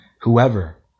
whoever